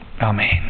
Amen